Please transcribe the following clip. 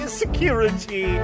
security